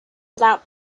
without